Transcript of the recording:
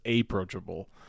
approachable